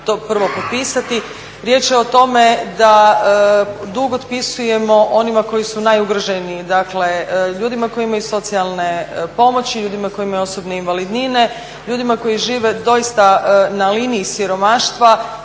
Riječ je o tome da dug otpisujemo onima koji su najugroženiji. Dakle, ljudima koji imaju socijalne pomoći, ljudima koji imaju osobne invalidnine, ljudima koji žive doista na liniji siromaštva.